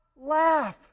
laugh